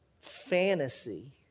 fantasy